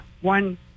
one